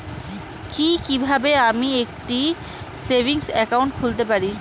কি কিভাবে আমি একটি সেভিংস একাউন্ট খুলতে পারি?